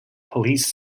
police